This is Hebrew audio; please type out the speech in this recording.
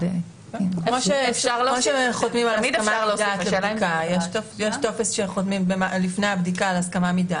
כמו שחותמים על טופס הסכמה מדעת לפני בדיקה אפשר להוסיף.